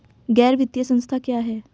गैर वित्तीय संस्था क्या है?